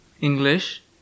English